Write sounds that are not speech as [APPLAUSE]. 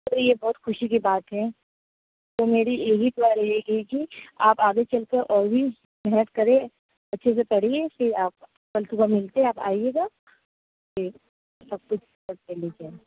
اور یہ بہت خوشی کی بات ہے تو میری یہی دعا رہے گی کہ آپ آگے چل کر اور بھی محنت کریں اچھے سے پڑھیے پھر آپ کل صبح ملتے ہیں آپ آئیے گا [UNINTELLIGIBLE] سب کچھ سیٹ کر لیجیے گا